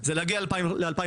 זה להגיע ל-2,500.